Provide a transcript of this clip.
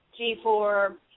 G4